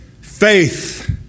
Faith